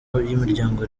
b’imiryango